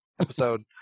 episode